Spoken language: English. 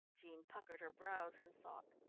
jean puckered her brows in thought.